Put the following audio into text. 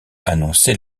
annonçait